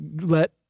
let